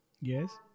Yes